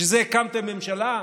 בשביל זה הקמתם ממשלה?